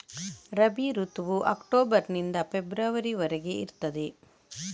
ರಬಿ ಋತುವು ಅಕ್ಟೋಬರ್ ನಿಂದ ಫೆಬ್ರವರಿ ವರೆಗೆ ಇರ್ತದೆ